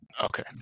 Okay